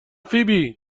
فیبی